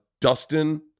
dustin